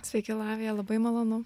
sveiki lavija labai malonu